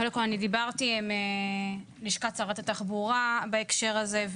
קודם כול אני דיברתי עם לשכת שרת התחבורה בהקשר הזה,